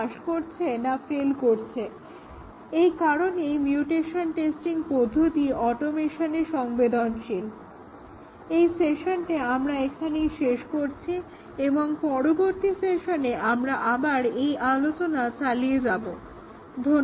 ধন্যবাদ Glossary English word Word Meaning Concept concept ধারণা False false মিথ্যা Fault ফল্ট ত্রুটি Impractical criteria ইম্প্রাক্টিক্যাল ক্রাইটেরিয়া অব্যবহারিক নির্ণায়ক Technique টেকনিক পদ্ধতি Terminology টার্মিনোলজি পরিভাষা True ট্রু সত্য User ইউজার ব্যবহারকারী Welcome ওয়েলকাম স্বাগত